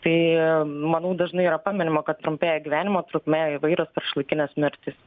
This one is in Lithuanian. tai manau dažnai yra paminima kad trumpėja gyvenimo trukmė įvairios priešlaikinės mirtys